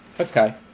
Okay